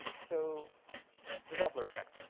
so the doppler effect.